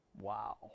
Wow